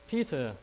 Peter